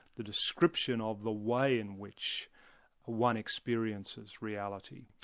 the description of the way in which ah one experiences reality.